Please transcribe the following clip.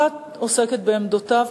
אחת עוסקת בעמדותיו,